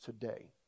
today